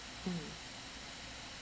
mm